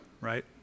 right